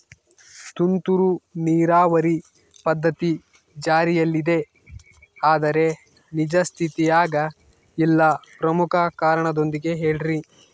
ತುಂತುರು ನೇರಾವರಿ ಪದ್ಧತಿ ಜಾರಿಯಲ್ಲಿದೆ ಆದರೆ ನಿಜ ಸ್ಥಿತಿಯಾಗ ಇಲ್ಲ ಪ್ರಮುಖ ಕಾರಣದೊಂದಿಗೆ ಹೇಳ್ರಿ?